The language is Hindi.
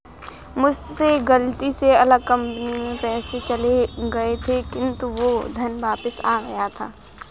मुझसे गलती से अलग कंपनी में पैसे चले गए थे किन्तु वो धन वापिस आ गया था